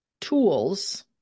tools